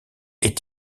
est